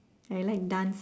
I like dance